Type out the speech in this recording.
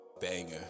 banger